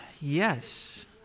Yes